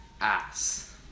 ass